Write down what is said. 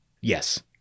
yes